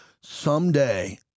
Someday